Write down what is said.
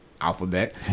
Alphabet